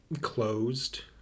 closed